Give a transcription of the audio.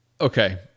Okay